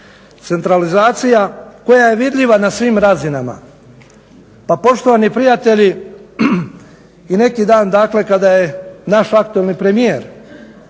centralizacija koja je vidljiva na svim razinama. Pa poštovani prijatelji, i neki dan dakle kada je naš aktualni premijer